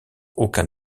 aucun